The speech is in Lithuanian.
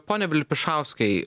pone vilpišauskai